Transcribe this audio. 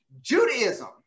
Judaism